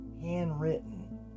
handwritten